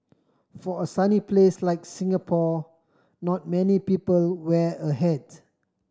for a sunny place like Singapore not many people wear a hat